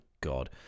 god